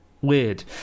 weird